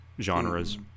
genres